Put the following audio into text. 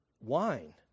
wine